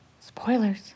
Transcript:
Spoilers